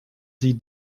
sie